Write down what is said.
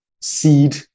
seed